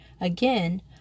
again